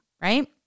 right